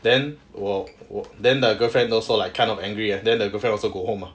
then 我我 then the girlfriend also like kind of angry leh then the girlfriend also go home mah